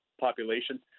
population